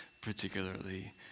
particularly